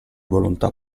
volontà